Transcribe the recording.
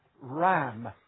ram